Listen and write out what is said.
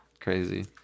crazy